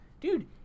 dude